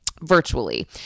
virtually